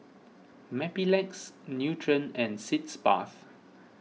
Mepilex Nutren and Sitz Bath